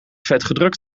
vetgedrukt